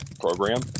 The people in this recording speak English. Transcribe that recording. program